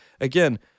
Again